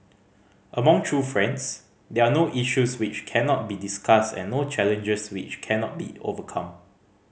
among true friends there are no issues which cannot be discussed and no challenges which cannot be overcome